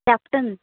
captain